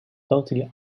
totally